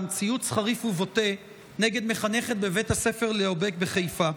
ציוץ חריף ובוטה נגד מחנכת בבית הספר ליאו בק בחיפה.